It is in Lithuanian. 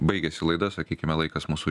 baigiasi laida sakykime laikas mūsų